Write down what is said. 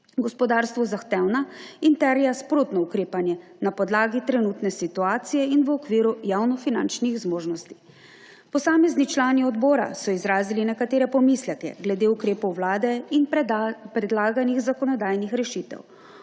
gospodarstvu zahtevna in terja sprotno ukrepanje na podlagi trenutne situacije in v okviru javnofinančnih zmožnosti. Posamezni člani odbora so izrazili nekatere pomisleke glede ukrepov vlade in predlaganih zakonodajnih rešitev.